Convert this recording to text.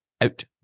Out